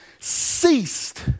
ceased